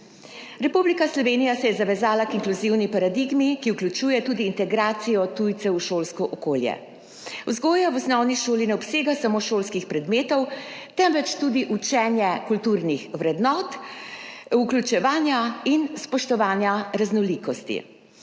Republika Slovenija se je zavezala k inkluzivni paradigmi, ki vključuje tudi integracijo tujcev v šolsko okolje. Vzgoja v osnovni šoli ne obsega samo šolskih predmetov, temveč tudi učenje kulturnih vrednot, vključevanja in spoštovanja raznolikosti.